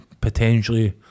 potentially